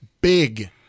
big